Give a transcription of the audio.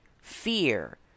fear